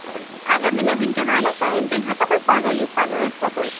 ٲ اگر نہٕ مےٚ وٕنۍ کیٚن آو نہ ٹایِم تیٚلہِ ہٮ۪کا بہٕ پگاہ یِتھ پگاہ ٲسِوا تَتہِ